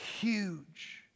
huge